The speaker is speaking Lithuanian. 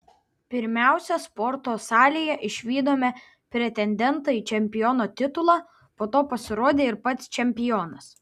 pirmiausia sporto salėje išvydome pretendentą į čempiono titulą po to pasirodė ir pats čempionas